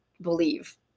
believe